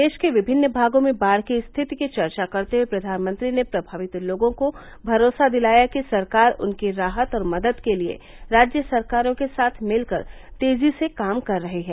देश के विभिन्न भागों में बाढ़ की स्थिति की चर्चा करते हए प्रधानमंत्री ने प्रभावित लोगों को भरोसा दिलाया कि सरकार उनकी राहत और मदद के लिए राज्य सरकारों के साथ मिलकर तेजी से काम कर रही है